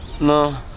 No